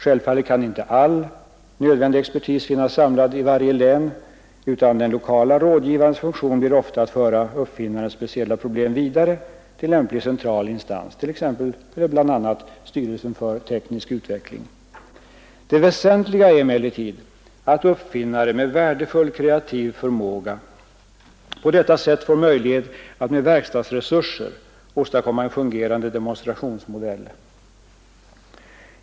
Självfallet kan inte all nödvändig expertis finnas samlad i varje län, utan den lokale rådgivarens funktion blir ofta att föra uppfinnarens speciella problem vidare till lämplig central instans, bl.a. till Styrelsen för teknisk utveckling. Det väsentliga är att uppfinnare med värdefull kreativ förmåga på detta sätt får möjlighet att med verkstadsresurser åstadkomma en fungerande demonstrationsmodell.